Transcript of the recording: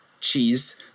cheese